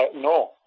No